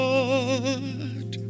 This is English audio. Lord